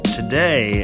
today